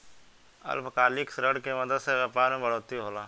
अल्पकालिक ऋण के मदद से व्यापार मे बढ़ोतरी होला